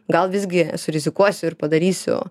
gal visgi surizikuosiu ir padarysiu